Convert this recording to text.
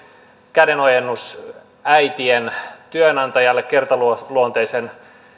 kädenojennus äitien työnantajille kertaluonteisen